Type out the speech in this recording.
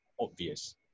obvious